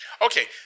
Okay